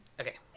Okay